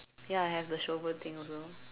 ya I have the shovel thing also